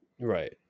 Right